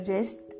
Rest